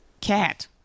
cat